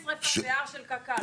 יש שריפה ביער של קק"ל,